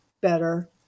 better